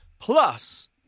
Plus